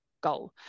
goal